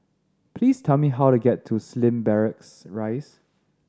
please tell me how to get to Slim Barracks Rise